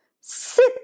Sit